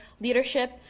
leadership